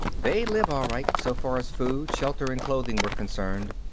they'd live, all right, so far as food, shelter and clothing were concerned.